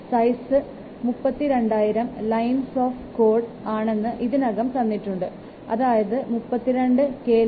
size 32000 lines of code ആണെന്ന് ഇതിനകം തന്നിട്ടുണ്ട് അതായത് 32 KLOC